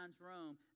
Rome